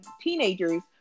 teenagers